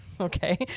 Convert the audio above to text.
Okay